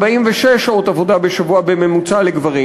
46 שעות עבודה בשבוע בממוצע לגברים.